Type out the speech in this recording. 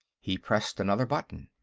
he pressed another button.